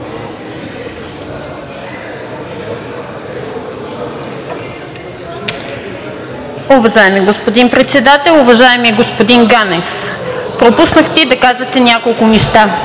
Уважаеми господин Председател! Уважаеми господин Ганев, пропуснахте да кажете няколко неща.